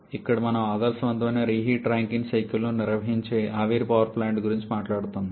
ఇక్కడ మనం ఒక ఆదర్శవంతమైన రీహీట్ రాంకైన్ సైకిల్ను నిర్వహించే ఆవిరి పవర్ ప్లాంట్ గురించి మాట్లాడుతున్నాం